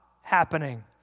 happening